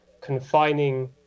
confining